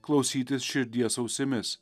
klausytis širdies ausimis